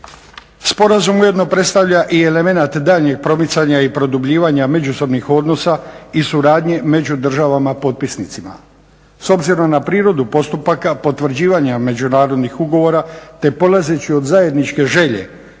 Sporazum ujedno predstavlja i elemenat daljnjih promicanja i produbljivanja međusobnih odnosa i suradnje među državama potpisnicima. S obzirom na prirodu postupaka potvrđivanja međunarodnih ugovora, te polazeći od zajedničke želje